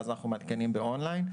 ואז אנחנו מעדכנים באון-ליין.